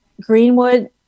Greenwood